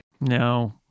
No